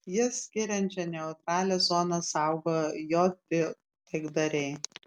jas skiriančią neutralią zoną saugo jt taikdariai